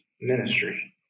ministry